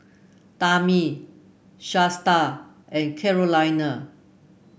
Tammi Shasta and Carolina